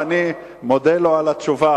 ואני מודה לו על התשובה.